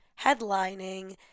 headlining